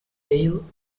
vale